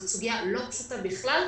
זאת סוגיה לא פשוטה בכלל.